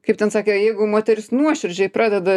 kaip ten sakė jeigu moteris nuoširdžiai pradeda